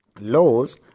laws